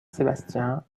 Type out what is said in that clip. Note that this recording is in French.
sébastien